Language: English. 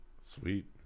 sweet